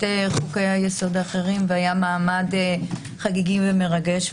חוקי היסוד האחרים והיה מעמד חגיגי ומרגש,